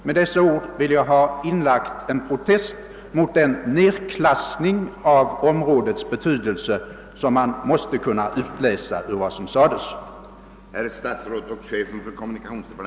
Med dessa ord vill jag ha inlagt en protest mot den nedklassning av områdets betydelse som man måste kunna utläsa ur kommunikationsministerns anförande.